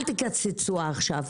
אל תקצצו עכשיו.